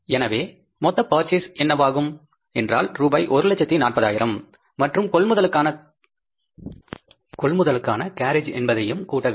எனவே மொத்தக் பர்சேஸ் என்னவாகும் என்றால் ரூபாய் 140000 மற்றும் கொள்முதலுக்கான கேரேஜ் என்பதையும் கூட்ட வேண்டும்